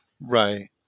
Right